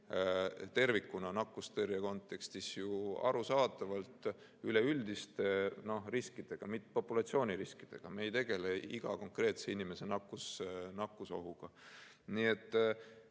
tervikuna nakkustõrje kontekstis ju arusaadavalt üleüldiste riskidega, populatsiooni riskidega, me ei tegele iga konkreetse inimese nakkusohuga. Nii et